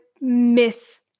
miss